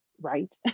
right